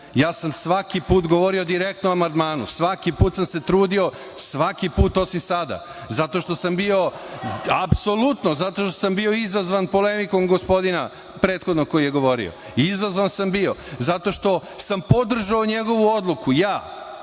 Ja sam svaki put govorio direktno o amandmanu, svaki put sam se trudio, svaki put, osim sada zato što sam bio izazvan polemikom gospodina prethodnog koji je govorio, izazvan sam bio zato što sam podržao njegovu odluku, ja,